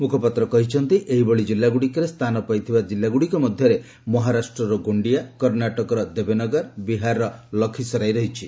ମୁଖପାତ୍ର କହିଛନ୍ତି ଏହିଭଳି କିଲ୍ଲାଗୁଡ଼ିକରେ ସ୍ଥାନ ପାଇଥିବା ଜିଲ୍ଲାଗୁଡ଼ିକ ମଧ୍ୟରେ ମହାରାଷ୍ଟ୍ରର ଗୋଣ୍ଡିଆ କର୍ଷ୍ଣାଟକର ଦେବନଗେରେ ଓ ବିହାରର ଲକ୍ଷି ସରାଇ ରହିଛି